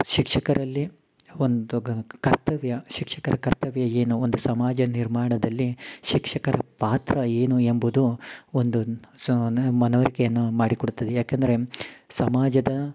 ಶಿಕ್ಷಕರಲ್ಲಿ ಒಂದು ಕರ್ತವ್ಯ ಶಿಕ್ಷಕರ ಕರ್ತವ್ಯ ಏನು ಒಂದು ಸಮಾಜ ನಿರ್ಮಾಣದಲ್ಲಿ ಶಿಕ್ಷಕರ ಪಾತ್ರ ಏನು ಎಂಬುದು ಒಂದು ಸ ನ ಮನವರಿಕೆಯನ್ನು ಮಾಡಿಕೊಡುತ್ತದೆ ಏಕೆಂದರೆ ಸಮಾಜದ